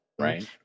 Right